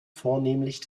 vornehmlich